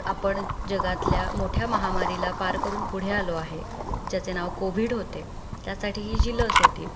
आपण जगातल्या मोठ्या महामारीला पार करून पुढे आलो आहे ज्याचे नाव कोव्हिड होते त्यासाठी ही जी लस होती